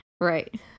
right